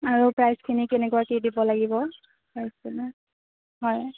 আৰু প্ৰাইজখিনি কেনেকুৱা কি দিব লাগিব হয়